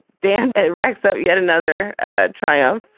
dan rexall, yet another ah triumph.